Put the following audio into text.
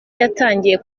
yatangiye